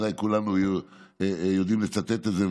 ובוודאי כולנו יודעים לצטט את זה,